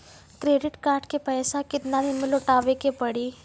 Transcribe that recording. Credit card के पैसा केतना दिन मे लौटाए के पड़ी?